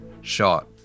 shot